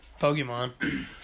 Pokemon